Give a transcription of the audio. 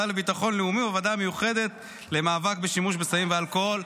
בוועדה לביטחון לאומי ובוועדה המיוחדת למאבק בשימוש בסמים ובאלכוהול.